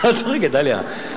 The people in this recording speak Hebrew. מה את צוחקת, דליה?